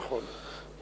נכון.